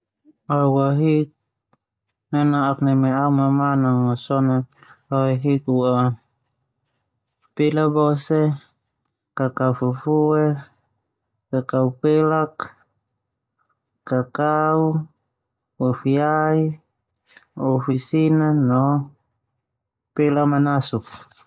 Au ahik nana'ak neme au mamang so na au ahik u'a pela bose, kakau fufue, kakau pelak, ufi ai, ufi sina, no kakau.